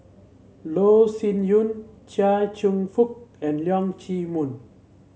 Loh Sin Yun Chia Cheong Fook and Leong Chee Mun